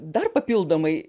dar papildomai